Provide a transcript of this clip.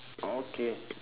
okay